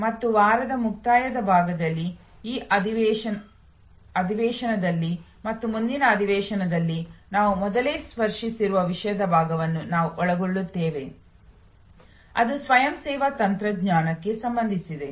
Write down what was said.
ಈ ವಾರದ ಮುಕ್ತಾಯದ ಭಾಗದಲ್ಲಿ ಈ ಅಧಿವೇಶನದಲ್ಲಿ ಮತ್ತು ಮುಂದಿನ ಅಧಿವೇಶನದಲ್ಲಿ ನಾವು ಮೊದಲೇ ಸ್ಪರ್ಶಿಸಿರುವ ವಿಷಯದ ಭಾಗವನ್ನು ನಾವು ಒಳಗೊಳ್ಳುತ್ತೇವೆ ಅದು ಸ್ವಯಂ ಸೇವಾ ತಂತ್ರಜ್ಞಾನಕ್ಕೆ ಸಂಬಂಧಿಸಿದೆ